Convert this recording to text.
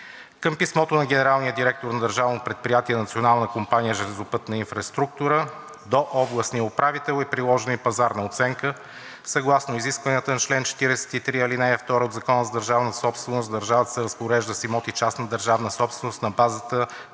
Към писмото на генералния директор на Държавно предприятие Национална компания „Железопътна инфраструктура“ до областния управител е приложена и пазарна оценка, съгласно изискванията на чл. 43, ал. 2 от Закона за държавната собственост, държавата се разпорежда с имоти – частна държавна собственост, на базата